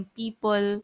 people